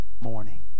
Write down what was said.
morning